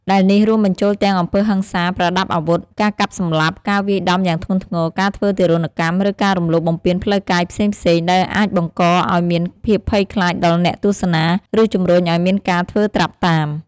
ដែលនេះរួមបញ្ចូលទាំងអំពើហិង្សាប្រដាប់អាវុធ ការកាប់សម្លាប់ ការវាយដំយ៉ាងធ្ងន់ធ្ងរ ការធ្វើទារុណកម្ម ឬការរំលោភបំពានផ្លូវកាយផ្សេងៗ ដែលអាចបង្កឲ្យមានភាពភ័យខ្លាចដល់អ្នកទស្សនា ឬជំរុញឲ្យមានការធ្វើត្រាប់តាម។